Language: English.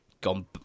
gone